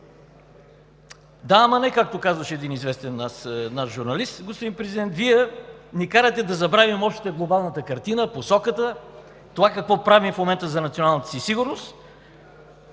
Да, ама не, както казваше един известен наш журналист. Господин Президент, Вие ни карате да забравим общата глобална картина, посоката, това какво правим в момента за националната си сигурност